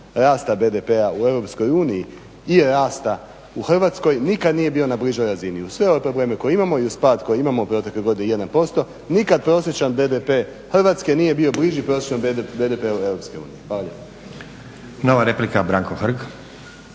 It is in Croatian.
rasta BDP-a u EU i rasta u Hrvatskoj nikad nije bio na bližoj razini. Uz sve ove probleme koje imamo i uz pad koji imamo u protekloj godini 1% nikad prosječan BDP Hrvatske nije bio bliži prosječnom BDP-u EU. Hvala lijepo.